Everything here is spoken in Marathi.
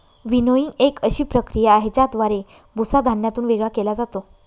विनोइंग एक अशी प्रक्रिया आहे, ज्याद्वारे भुसा धान्यातून वेगळा केला जातो